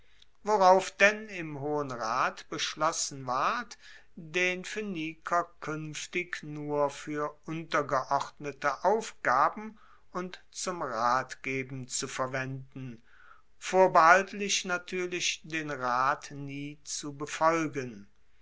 worauf denn im hohen rat beschlossen ward den phoeniker kuenftig nur fuer untergeordnete aufgaben und zum ratgeben zu verwenden vorbehaltlich natuerlich den rat nie zu befolgen